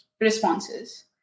responses